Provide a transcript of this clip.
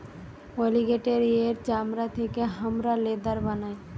অলিগেটের এর চামড়া থেকে হামরা লেদার বানাই